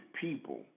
people